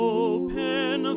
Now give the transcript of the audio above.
open